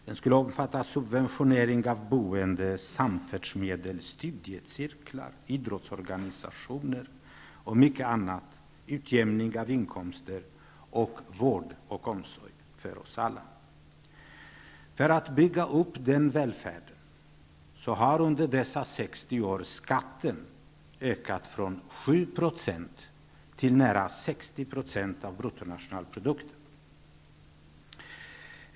Den skulle omfatta subventionering av boende, samfärdsmedel, studiecirklar, idrottsorganisationer och mycket annat -- utjämning av inkomster samt vård och omsorg för oss alla. För att bygga upp den välfärden har under dessa 60 år skatten ökat från 7 % till nära 60 % av bruttonationalprodukten.